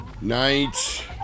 Night